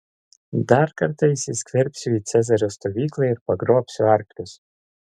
dar kartą įsiskverbsiu į cezario stovyklą ir pagrobsiu arklius